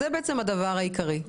זה הדבר העיקרי,